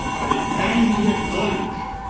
but it can be acknowledged,